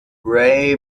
ray